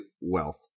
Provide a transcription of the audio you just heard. wealth